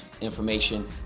information